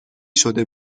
شده